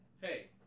Hey